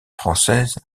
française